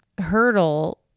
hurdle